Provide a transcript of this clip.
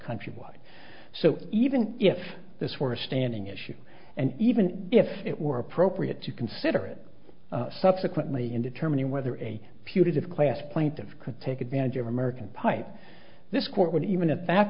countrywide so even if this were a standing issue and even if it were appropriate to consider it subsequently in determining whether a putative class plaintive could take advantage of american pipe this court would even at that